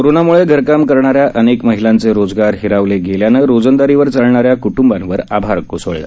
कोरोनामुळे घरकाम करणाऱ्या अनेक महिलांचे रोजगार हिरावले गेल्यानं रोजंदारीवर चालणाऱ्या क्ट्ंबावर आभाळ कोसळलं